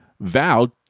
vowed